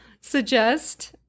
suggest